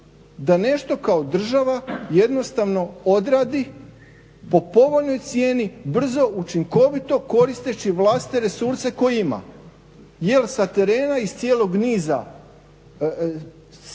da nešto kao država jednostavno odradi po povoljnoj cijeni brzo, učinkovito koristeći vlastite resurse koje ima jel sa terena iz cijelog niza sredina